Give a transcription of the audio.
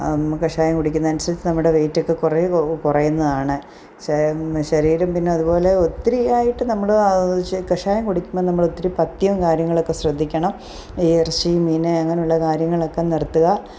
കഷായം കുടിക്കുന്നതനുസരിച്ച് നമ്മുടെ വെയിറ്റ് ഒക്കെ കുറേ കുറയുന്നതാണ് ശ ശരീരം പിന്നെ അതുപോലെ ഒത്തിരിയായിട്ട് നമ്മുടെ കഷായം കുടിക്കുമ്പം നമ്മൾ ഒത്തിരി പഥ്യവും കാര്യങ്ങളളൊക്കെ ശ്രദ്ധിക്കണം ഇറച്ചി മീൻ അങ്ങനെയുള്ള കാര്യങ്ങളൊക്കെ നിർത്തുക